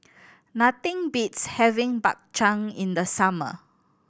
nothing beats having Bak Chang in the summer